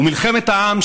"ומלחמת העם,